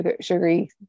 sugary